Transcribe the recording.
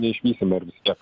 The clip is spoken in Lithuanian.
neišvysime ir vis tiek